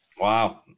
wow